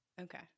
Okay